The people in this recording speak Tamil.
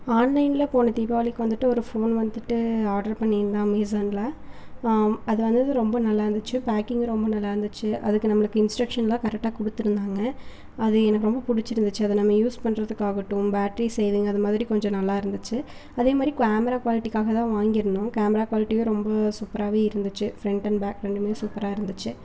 ஆன்லைனில்போன தீபாவளிக்கு வந்துட்டு ஒரு ஃபோன் வந்துட்டு ஆர்ட்ரு பண்ணியிருந்தேன் அமெசானில் அது வந்தது ரொம்ப நல்லாயிருந்துச்சு பேக்கிங் ரொம்ப நல்லாயிருந்துச்சு அதுக்கு நம்மளுக்கு இன்ஸ்டக்ஷன்லாம் கரெக்டாக கொடுத்துருந்தாங்க அது எனக்கு ரொம்ப பிடிச்சிருந்துச்சு அத நம்ம யூஸ் பண்றதுக்காகட்டும் பேட்ரி சேவிங் அது மாதிரி கொஞ்சம் நல்லாயிருந்துச்சு அதேமாதிரி குவாமரா குவாலிட்டிக்காக தான் வாங்கிருந்தோம் கேமரா குவாலிட்டியும் ரொம்ப சூப்பராகவே இருந்துச்சு ஃப்ரெண்ட் அண்ட் பேக் ரெண்டுமே சூப்பராக இருந்துச்சு